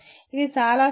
ఇది చాలా సులభం